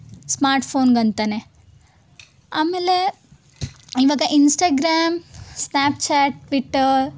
smart ಫೋನ್ಗಂತನೇ ಆಮೇಲೆ ಇವಾಗ ಇನ್ಸ್ಟಾಗ್ರಾಮ್ ಸ್ನ್ಯಾಪ್ಚ್ಯಾಟ್ ಟ್ವಿಟ್ಟರ್